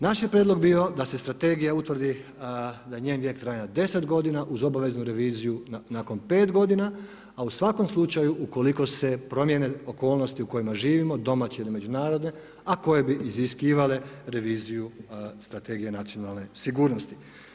Naš je prijedlog bio da se strategija utvrdi, da je njen vijek trajanja 10 godina uz obaveznu reviziju nakon 5 godina, a u svakom slučaju ukoliko se promijene okolnosti u kojima živimo, domaće ili međunarodne a koje bi iziskivale reviziju Strategije nacionalne sigurnosti.